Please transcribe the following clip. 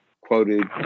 quoted